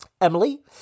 Emily